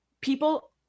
people